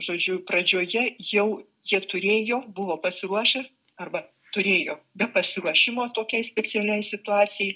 žodžiu pradžioje jau jie turėjo buvo pasiruošę arba turėjo be pasiruošimo tokiai specialiai situacijai